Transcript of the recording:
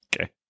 Okay